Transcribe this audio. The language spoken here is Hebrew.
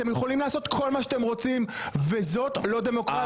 את יכולים לעשות כל מה שאתם רוצים וזאת לא דמוקרטיה.